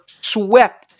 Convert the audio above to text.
swept